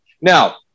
Now